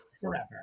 forever